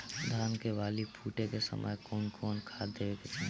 धान के बाली फुटे के समय कउन कउन खाद देवे के चाही?